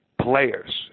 Players